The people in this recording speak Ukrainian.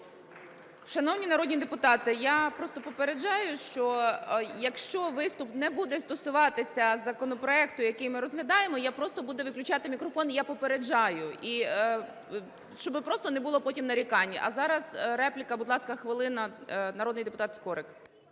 Шановні народні депутати, я просто попереджаю, що якщо виступ не буде стосуватися законопроекту, який ми розглядаємо, я просто буду виключати мікрофон. Я попереджаю, і щоби просто не було потім нарікань. А зараз репліка, будь ласка, хвилина народний депутат Скорик.